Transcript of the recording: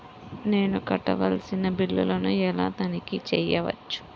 నేను కట్టవలసిన బిల్లులను ఎలా తనిఖీ చెయ్యవచ్చు?